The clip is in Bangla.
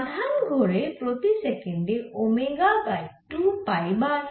আধান ঘোরে প্রতি সেকেন্ডে ওমেগা বাই 2 পাই বার